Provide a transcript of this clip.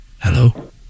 Hello